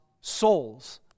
souls